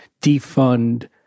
defund